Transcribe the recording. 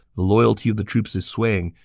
the loyalty of the troops is swaying,